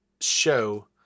show